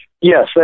Yes